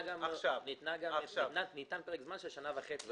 נכון, וניתן פרק זמן של שנה וחצי.